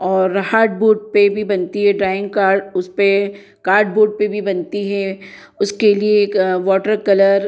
और हार्डबोर्ड पर भी बनती है ड्राइंग कार्ड उस पर कार्डबोर्ड पर भी बनती है उसके लिए एक वाटर कलर